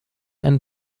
ein